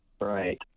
Right